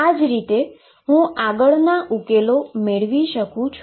આ જ રીતે આગળના ઉકેલો મેળવી શકાય છે